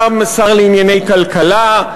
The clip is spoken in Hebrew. גם שר לענייני כלכלה,